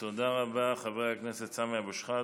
תודה רבה, חבר הכנסת סמי אבו שחאדה.